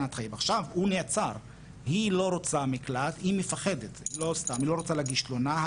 אבל גם אי אפשר גם לא לראות את הפערים שצריך לזכור בגלל עמדות